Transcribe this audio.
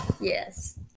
Yes